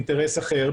אינטרס אחר,